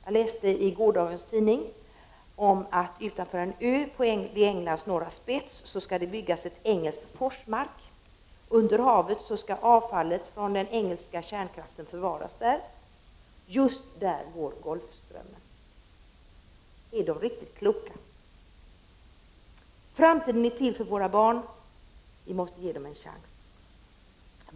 Jag läste i gårdagens tidningen att det utanför en ö vid Englands norra spets skall byggas ett engelskt Forsmark, och under havet där skall avfallet från den engelska kärnkraften förvaras. Just där går Golfströmmen. Är de riktigt kloka? Framtiden är till för våra barn — vi måste ge dem en chans.